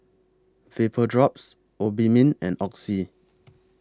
Vapodrops Obimin and Oxy